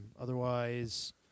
Otherwise